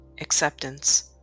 acceptance